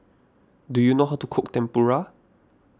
do you know how to cook Tempura